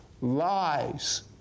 lies